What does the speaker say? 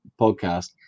podcast